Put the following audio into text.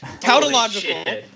Tautological